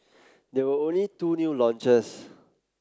there were only two new launches